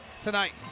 tonight